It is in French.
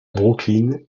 brooklyn